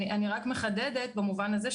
אני רק מחדדת במובן הזה,